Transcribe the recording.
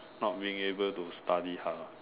not being able to study hard ah